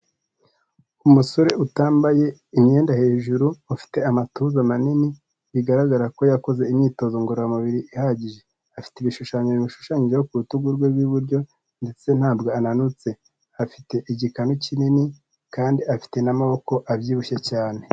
Umusore utambaye imyenda hejuru ufite amatuza manini bigaragara ko yakoze imyitozo ngororamubiri ihagije. Afite ibishushanyo bimushushanyijeho ku rutugu rwe rw'iburyo ndetse ntabwo ananutse. Afite igikanu kinini kandi afite n'amaboko abyibushye cyane.